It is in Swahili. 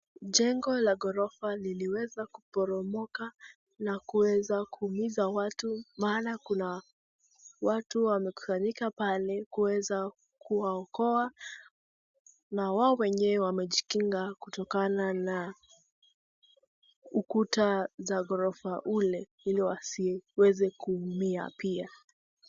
Jengo la ghorofa liliweza kuporomoka na kuweza kuumiza watu maana kuna watu wamekusanyika pale kuweza kuwaokoa na wao wenyewe wamejikinga kutokana na ukuta za ghorofa ule ili wasiweze kuumia pia.